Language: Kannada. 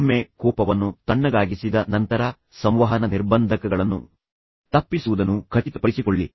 ಒಮ್ಮೆ ನೀವು ಕೋಪವನ್ನು ತಣ್ಣಗಾಗಿಸಿದ ನಂತರ ನಿಯಂತ್ರಿಸಿದ ನಂತರ ಸಂವಹನ ನಿರ್ಬಂಧಕಗಳನ್ನು ತಪ್ಪಿಸುವುದನ್ನು ಖಚಿತಪಡಿಸಿಕೊಳ್ಳಿ